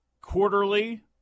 quarterly